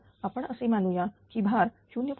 तर आपण असे मानू या की भार 0